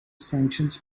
sanctions